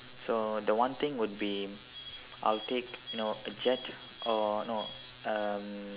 so the one thing would be I'll take you know a jet or no um